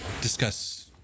discuss